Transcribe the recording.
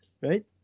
Right